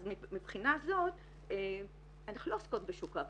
אז מהבחינה הזאת אנחנו לא עוסקות בשוק העבודה.